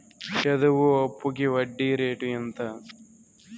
చదువు అప్పుకి వడ్డీ రేటు ఎంత?